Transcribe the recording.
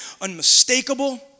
unmistakable